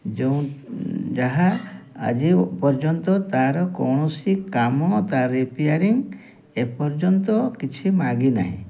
ଯେଉଁ ଯାହା ଆଜି ପର୍ଯ୍ୟନ୍ତ ତା'ର କୌଣସି କାମ ତା'ର ରିପେୟାରିଂ ଏପର୍ଯ୍ୟନ୍ତ କିଛି ମାଗିନାହିଁ